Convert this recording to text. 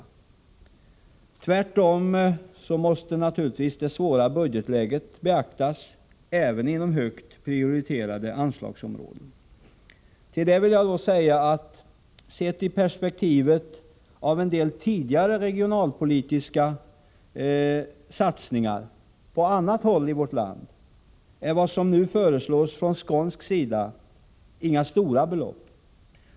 värtom måste naturligt — mikroelektronik i vis det svåra budgetläget beaktas även inom högt prioriterade anslagsområ Lund den. Till detta vill jag säga att det som nu föreslås från skånsk sida, sett i perspektivet av en del tidigare genomförda regionalpolitiska satsningar på annat håll i vårt land, inte rör sig om några stora belopp.